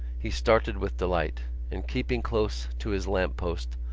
he started with delight and, keeping close to his lamp-post,